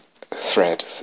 thread